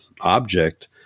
object